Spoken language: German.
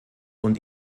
und